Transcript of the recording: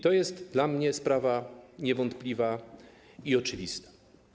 To jest dla mnie sprawa niewątpliwa i oczywista.